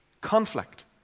conflict